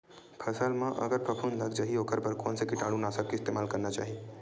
फसल म अगर फफूंद लग जा ही ओखर बर कोन से कीटानु नाशक के इस्तेमाल करना चाहि?